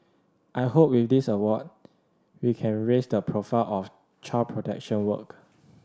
I hope with this award we can raise the profile of child protection work